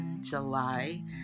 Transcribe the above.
july